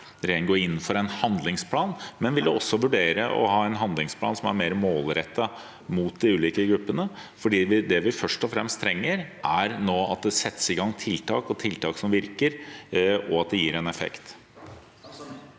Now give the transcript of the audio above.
gå inn for en handlingsplan, og vil den også vurdere å ha en handlingsplan som er mer målrettet mot de ulike gruppene? Det vi først og fremst trenger nå, er at det settes i gang tiltak som virker, og at det gir en effekt.